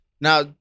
now